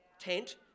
tent